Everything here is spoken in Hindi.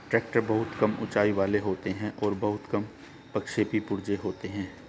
ट्रेक्टर बहुत कम ऊँचाई वाले होते हैं और बहुत कम प्रक्षेपी पुर्जे होते हैं